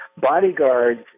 Bodyguards